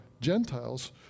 Gentiles